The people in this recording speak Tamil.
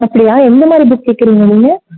அப்படியா எந்த மாதிரி புக் கேட்குறீங்க நீங்கள்